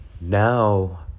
now